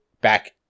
back